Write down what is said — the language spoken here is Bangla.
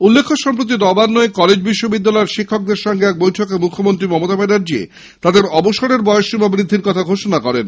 উল্লেখ্য সম্প্রতি নবান্নে কলেজ বিশ্ববিদ্যালয়ের শিক্ষকদের সঙ্গে এক বৈঠকে মুখ্যমন্ত্রী মমতা ব্যানার্জী তাদের অবসরের বয়স সীমা বাড়ানোর কথা ঘোষণা করেন